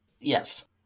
Yes